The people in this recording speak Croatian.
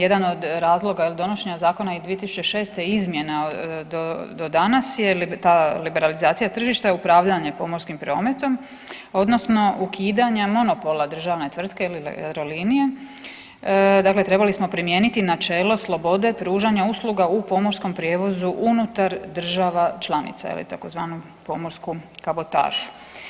Jedan od razloga jel donošenja zakona iz 2006.g. i izmjena do danas je ta liberalizacija tržišta i upravljanje pomorskim prometom odnosno ukidanja monopola državne tvrtke ili Jadrolinije, dakle trebali smo primijeniti načelo slobode pružanja usluga u pomorskom prijevozu unutar država članica je li tzv. pomorsku kabotažu.